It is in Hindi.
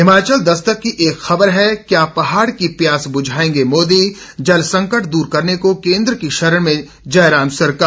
हिमाचल दस्तक की एक खबर है क्या पहाड़ की प्यास बुझाएंगे मोदी जल संकट द्र करने को केन्द्र की शरण में जयराम सरकार